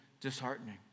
disheartening